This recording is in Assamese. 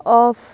অফ